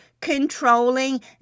controlling